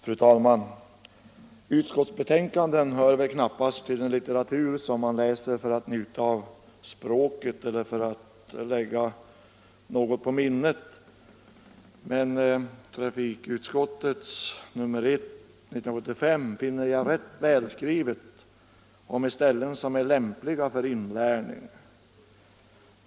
Fru talman! Utskottsbetänkanden hör väl knappast till den litteratur som man läser för att njuta av språket eller för att lägga något på minnet. Men trafikutskottets betänkande nr 1 år 1975 finner jag rätt välskrivet och med ställen som är lämpliga för inlärning.